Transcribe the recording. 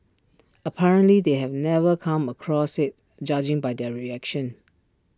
apparently they have never come across IT judging by their reaction